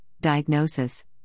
diagnosis